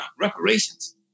Reparations